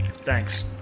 Thanks